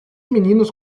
meninos